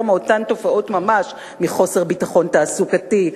מאותן תופעות ממש: מחוסר ביטחון תעסוקתי,